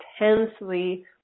intensely